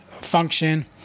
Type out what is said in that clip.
function